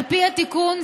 על פי התיקון,